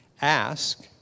Ask